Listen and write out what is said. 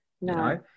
No